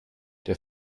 der